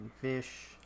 fish